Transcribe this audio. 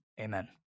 Amen